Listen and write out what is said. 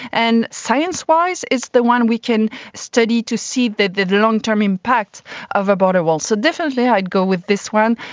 and science wise it's the one we can study to see the long term impact of a border wall. so definitely i'd go with this one.